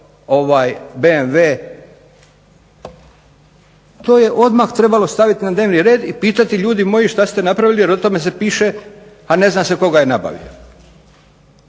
ovaj BMW, to je odmah trebalo staviti na dnevni red i pitati ljudi moji što ste napravili jer o tome se piše,a ne zna se tko ga je nabavio.